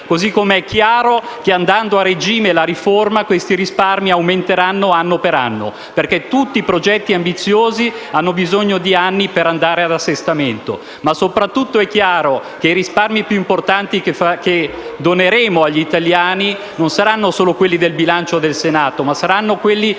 È chiaro altresì che, andando a regime la riforma, questi risparmi aumenteranno, anno per anno. Infatti tutti i progetti ambiziosi hanno bisogno di anni per andare ad assestamento. Ma soprattutto è chiaro che i risparmi più importanti che doneremo agli italiani non saranno solo quelli del bilancio del Senato, ma saranno quelli